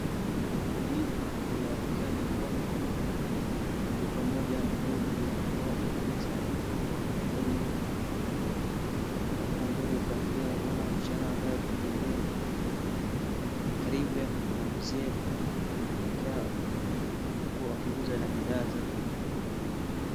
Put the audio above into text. Hii inaonekana ya kwamba ni duka moja ambaye imeandikwa Mpesa ambaye .Na huko mbele ukiangalia unaona msichana ambaye akitembea na karibu yake kuna mzee anakaa huku akiuza na bidhaa zake.